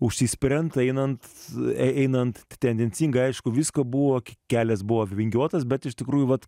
užsispiriant einant einant tendencingai aišku visko buvo kelias buvo vingiuotas bet iš tikrųjų vat